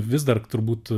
vis dar turbūt